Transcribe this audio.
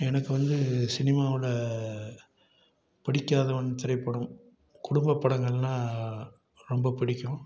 எனக்கு வந்து சினிமாவில் படிக்காதவன் திரைப்படம் குடும்பப்படங்கள்னால் ரொம்ப பிடிக்கும்